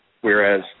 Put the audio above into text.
Whereas